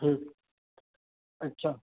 अछा